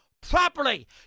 properly